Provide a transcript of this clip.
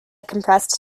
compressed